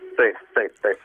taip taip taip